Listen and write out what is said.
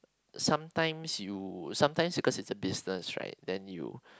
sometimes you sometimes because it's a business right then you